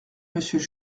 monsieur